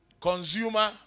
Consumer